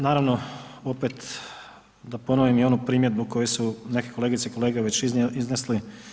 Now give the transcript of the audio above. Naravno opet da ponovim i onu primjedbu koju su neke kolegice i kolege već iznesli.